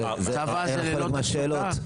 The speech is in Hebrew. צבא זה ללא תחזוקה?